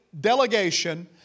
delegation